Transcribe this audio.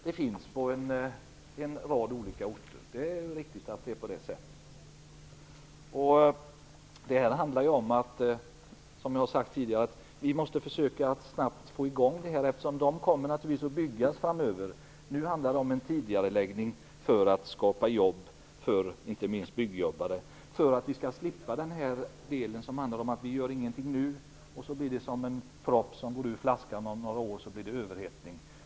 Det finns behov på en rad olika orter. Det här handlar om, som jag har sagt tidigare, att vi måste försöka få i gång det här snabbt, eftersom det kommer att byggas framöver. Det handlar nu om en tidigareläggning, för att skapa jobb inte minst för byggjobbare, om vi skall slippa höra att vi inte gör någonting nu. Det skulle bli som en propp som går ur flaskan om några år, och det det skulle bli överhettning.